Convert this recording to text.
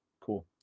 cool